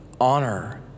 honor